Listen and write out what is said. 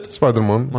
Spider-Man